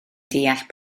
deall